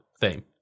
theme